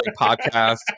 podcast